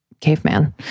caveman